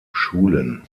schulen